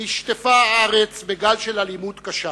נשטפה הארץ בגל של אלימות קשה.